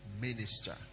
Minister